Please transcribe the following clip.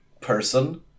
person